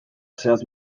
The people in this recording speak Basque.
zehatz